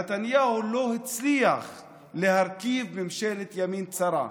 נתניהו לא הצליח להרכיב ממשלת ימין צרה,